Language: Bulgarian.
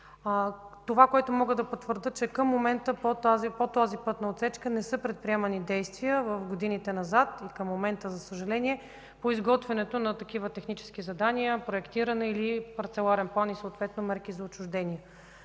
Това, което мога да потвърдя, е, че към момента по тази пътна отсечка не са предприемани действия в годините назад и към момента, за съжаление, по изготвянето на такива технически задания – проектиране или парцеларен план и съответно мерки за отчуждение.